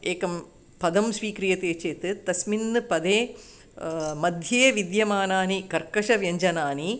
एकं पदं स्वीक्रियते चेत् तस्मिन् पदमध्ये विद्यमानानि कर्कषव्यञ्जनानि